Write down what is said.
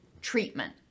treatment